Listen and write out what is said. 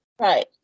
Right